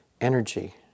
energy